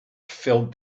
filled